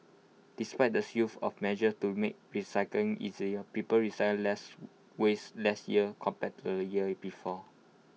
despite the slew of measures to make recycling easier people recycled less waste last year compared to the year before